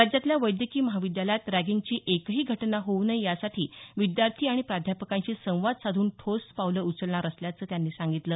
राज्यातल्या वैद्यकीय महाविद्यालयांत रॅगिंगची एकही घटना होऊ नये यासाठी विद्यार्थी आणि प्राध्यापकांशी संवाद साधून ठोस पावलं उचलणार असल्याचं त्यांनी सांगितलं